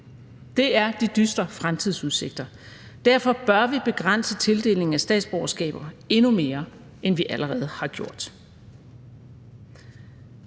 Det er de dystre fremtidsudsigter. Derfor bør vi begrænse tildelingen af statsborgerskaber endnu mere, end vi allerede har gjort.